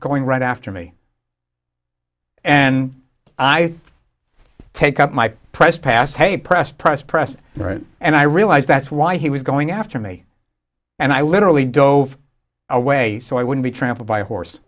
going right after me and i take up my press pass hey press press press and i realized that's why he was going after me and i literally dove away so i wouldn't be trampled by a horse